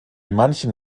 manchen